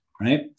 Right